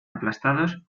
aplastados